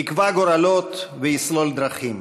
יקבע גורלות ויסלול דרכים.